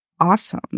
Awesome